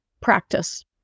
Practice